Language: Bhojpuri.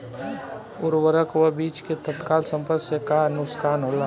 उर्वरक व बीज के तत्काल संपर्क से का नुकसान होला?